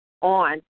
on